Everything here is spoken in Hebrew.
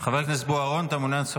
חבר הכנסת בוארון, אתה מעוניין?